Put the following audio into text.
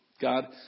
God